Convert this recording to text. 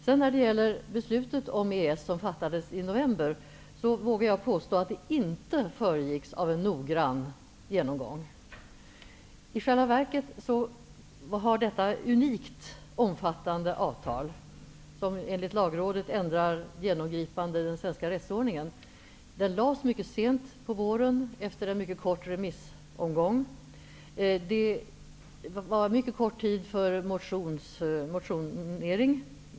Jag vågar påstå att beslutet om EES som fattades i november inte föregicks av någon noggrann genomgång. Detta är ett unikt omfattande avtal, som enligt Lagrådet genomgripande ändrar den svenska rättsordningen. Propositionen lades fram mycket sent på våren efter en kort remissomgång. Det var en mycket kort motionstid.